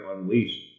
unleashed